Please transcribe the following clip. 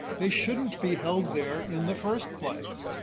they shouldn't be held there in the first place.